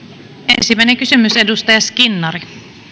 ensimmäinen kysymys edustaja skinnari